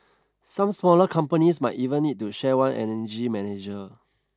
some smaller companies might even need to share one energy manager